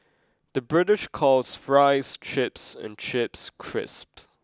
the British calls fries chips and chips crisps